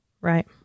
Right